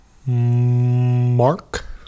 Mark